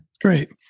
Great